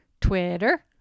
Twitter